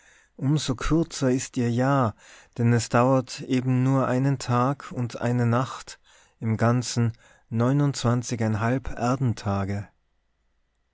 so kürzer ist ihr jahr denn es dauert eben nur einen tag und eine nacht im ganzen erdentage